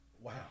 Wow